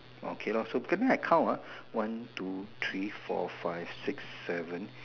okay lor circle then I count ah one two three four five six seven